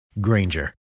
Granger